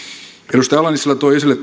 edustaja ala nissilä toi esille